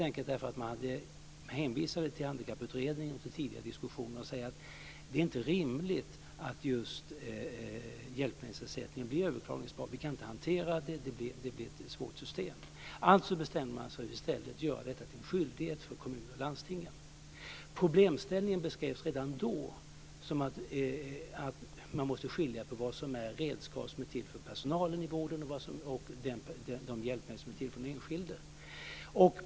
Man hänvisade till Handikapputredningen och tidigare diskussioner och sade att det inte är rimligt att just hjälpmedelsersättningen blir överklagningsbar. Det går inte att hantera, och det blir ett svårt system. Alltså bestämde man sig för att göra detta till en skyldighet för kommunerna och landstingen. Problemställningen beskrevs redan då som att man måste skilja på vad som är redskap som är till för personalen i vården och de hjälpmedel som är till för den enskilde.